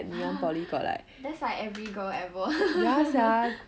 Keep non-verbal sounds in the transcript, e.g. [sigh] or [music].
!huh! that's like every girl ever [laughs]